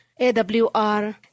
AWR